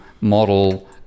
model –